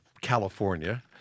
California